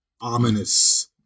ominous